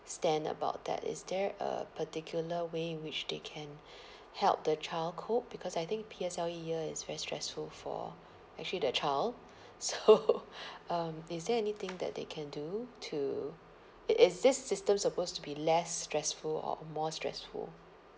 stand about that is there a particular way which they can help the child cope because I think P_S_L_E year is very stressful for actually the child so um is there anything that they can do to i~ is this system supposed to be less stressful or more stressful